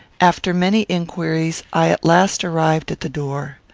after many inquiries, i at last arrived at the door.